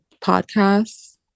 podcasts